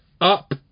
up